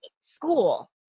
school